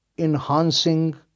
enhancing